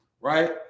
right